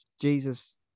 Jesus